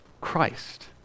Christ